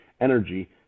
energy